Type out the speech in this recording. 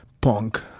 punk